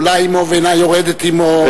עולה עמו ואינה יורדת עמו,